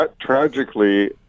tragically